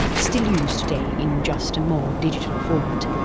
still used today in just a more digital format.